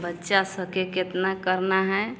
बच्चा सके केतना करना है